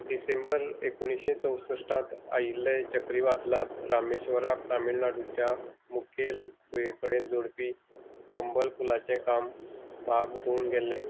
डिसेंबर एकुणीशें चौसश्ठांत आयिल्ले चक्रीवादळांत रामेश्वराक तमिळनाडूच्या मुखेल भुंये कडेन जोडपी पंबल पुलाचे काम भाग धुवून गेल्ले